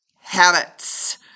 Habits